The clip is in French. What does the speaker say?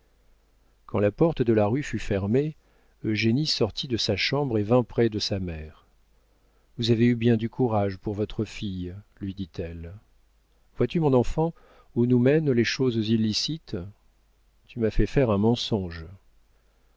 quand la porte de la rue fut fermée eugénie sortit de sa chambre et vint près de sa mère vous avez eu bien du courage pour votre fille lui dit-elle vois-tu mon enfant où nous mènent les choses illicites tu m'as fait faire un mensonge